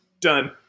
Done